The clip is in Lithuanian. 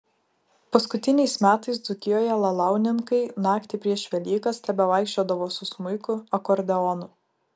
paskutiniais metais dzūkijoje lalauninkai naktį prieš velykas tebevaikščiodavo su smuiku akordeonu